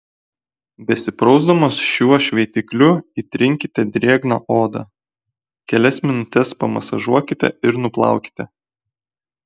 besiprausdamos šiuo šveitikliu įtrinkite drėgną odą kelias minutes pamasažuokite ir nuplaukite